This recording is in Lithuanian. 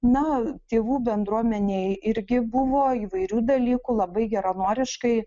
na tėvų bendruomenėj irgi buvo įvairių dalykų labai geranoriškai